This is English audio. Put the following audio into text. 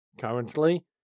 currently